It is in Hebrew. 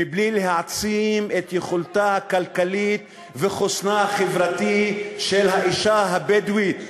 מבלי להעצים את יכולתה הכלכלית וחוסנה החברתי של האישה הבדואית,